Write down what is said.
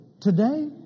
Today